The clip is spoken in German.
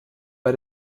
bei